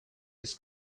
his